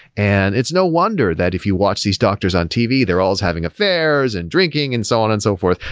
and it's no wonder that if you watch these doctors on tv, they're always having affairs, and drinking, and so on and so forth.